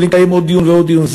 ולקיים עוד דיון ועוד דיון,